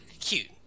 cute